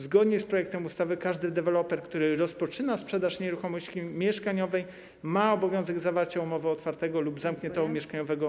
Zgodnie z projektem ustawy każdy deweloper, który rozpoczyna sprzedaż nieruchomości mieszkaniowej, ma obowiązek zawarcia umowy otwartego lub zamkniętego mieszkaniowego.